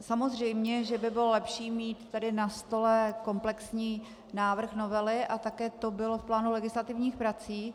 Samozřejmě že by bylo lepší mít tu na stole komplexní návrh novely a také to bylo v plánu legislativních prací.